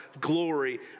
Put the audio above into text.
glory